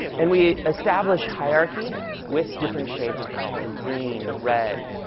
and we establish hierarchy with different shades of color. green, red,